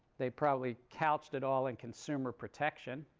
they probably couched it all in consumer protection.